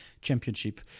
championship